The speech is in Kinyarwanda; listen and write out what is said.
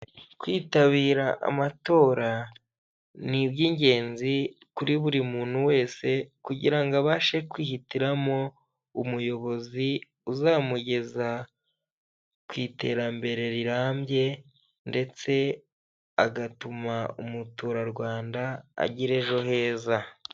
Kwitabira amatora ni iby'ingenzi kuri buri muntu wese, kugira abashe kwihitiramo umuyobozi uzamugeza ku iterambere rirambye ndetse agatuma umuturarwanda agira ejo heza.